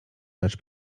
lecz